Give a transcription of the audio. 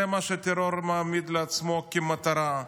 זה מה שהטרור מעמיד לעצמו כמטרה,